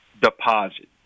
deposit